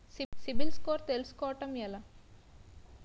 CIBIL score తెల్సుకోటం ఎలా?